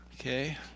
okay